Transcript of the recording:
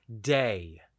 day